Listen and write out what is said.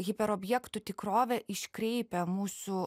hiperobjektų tikrovė iškreipia mūsų